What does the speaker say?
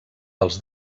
dels